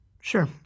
Sure